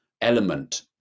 element